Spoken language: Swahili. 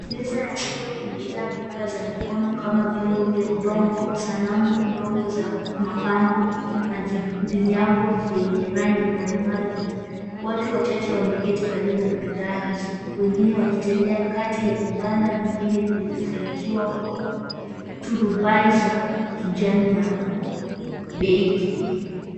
Meza ya soko imejaa bidhaa za mikono kama vyombo vya udongo, sanamu ndogo za mapambo na vinyago vyenye rangi mbalimbali. Watu wachache wameketi karibu na bidhaa hizo wengine wakitembea kati ya vibanda vingine vilivyofungiwa kwa turubai za kijani na beige .